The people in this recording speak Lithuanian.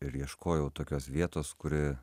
ir ieškojau tokios vietos kuri